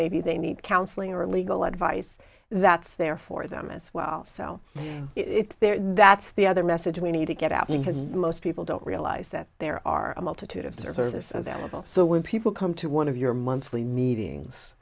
maybe they need counseling or legal advice that's there for them as well so it's there that's the other message we need to get out because most people don't realize that there are a multitude of service available so when people come to one of your monthly meetings